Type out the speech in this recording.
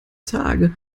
tage